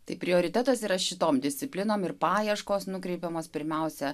tai prioritetas yra šitom disciplinom ir paieškos nukreipiamos pirmiausia